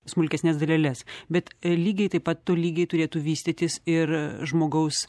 smulkesnes daleles bet lygiai taip pat tolygiai turėtų vystytis ir žmogaus